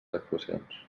actuacions